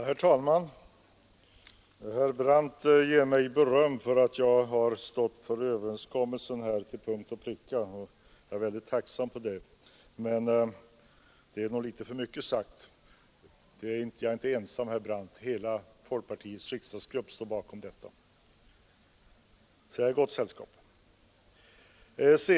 Herr talman! Herr Brandt ger mig beröm för att jag har stått för överenskommelsen till punkt och pricka. Jag är väldigt tacksam för det. Men det är nog litet för mycket sagt. Jag är inte ensam, herr Brandt. Folkpartiets hela riksdagsgrupp står bakom denna överenskommelse, så jag är i gott sällskap.